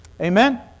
Amen